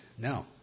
No